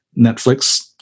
Netflix